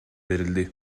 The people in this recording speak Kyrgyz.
берилди